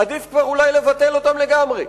עדיף כבר אולי לבטל אותם לגמרי.